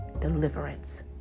deliverance